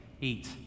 eat